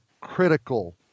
critical